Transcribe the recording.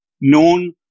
known